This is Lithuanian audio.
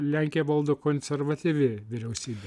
lenkiją valdo konservatyvi vy e vyriausybė